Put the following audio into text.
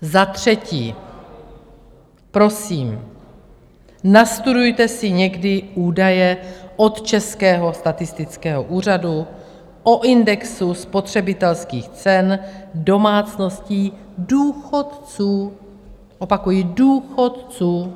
Za třetí, prosím, nastudujte si někdy údaje od Českého statistického úřadu o indexu spotřebitelských cen domácností důchodců opakuji: důchodců.